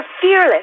fearless